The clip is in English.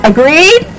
Agreed